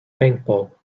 paintball